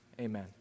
amen